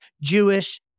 Jewish